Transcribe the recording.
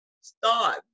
start